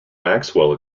maxwell